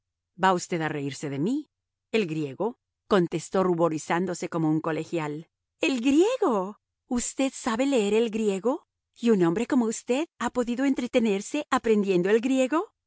va usted a reírse de mí el griego contestó ruborizándose como un colegial el griego usted sabe leer el griego y un hombre como usted ha podido entretenerse aprendiendo el griego